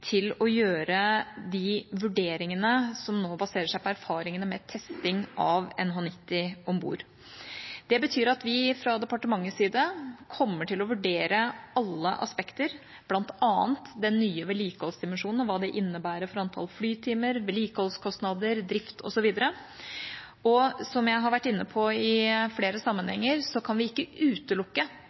til å gjøre de vurderingene som nå baserer seg på erfaringene med testing av NH90 om bord. Det betyr at vi fra departementets side kommer til å vurdere alle aspekter, bl.a. den nye vedlikeholdsdimensjonen og hva det innebærer for antall flytimer, vedlikeholdskostnader, drift osv. Som jeg har vært inne på i flere sammenhenger, kan vi ikke utelukke